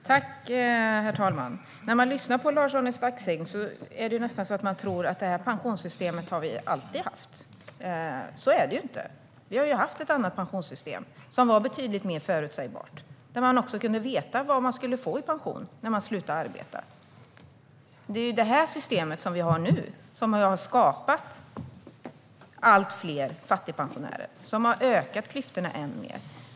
Herr talman! När man lyssnar på Lars-Arne Staxäng är det nästan så att man tror att vi alltid har haft det här pensionssystemet. Så är det inte. Vi har ju haft ett annat pensionssystem som var betydligt mer förutsägbart, så man kunde veta vad man skulle få i pension när man slutade arbeta. Det är det system som vi har nu som har skapat allt fler fattigpensionärer och ökat klyftorna än mer.